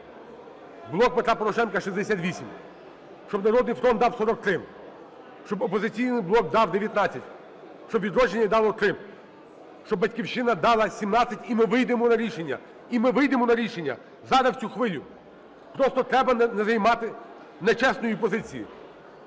"Блок Петра Порошенка" 68, щоб "Народний фронт" дав 43, щоб "Опозиційний блок" дав 19, щоб "Відродження" дало 3, щоб "Батьківщина" дала 17 і ми вийдемо на рішення. І ми вийдемо на рішення. Зараз у цю хвилю просто треба не займати нечесної позиції,